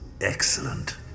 Excellent